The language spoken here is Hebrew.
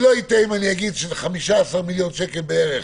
שאני לא אטעה אם אגיד ש-15 מיליון שקלים בערך